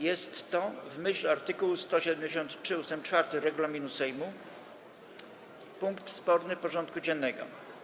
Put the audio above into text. Jest to, w myśl art. 173 ust. 4 regulaminu Sejmu, punkt sporny porządku dziennego.